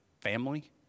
family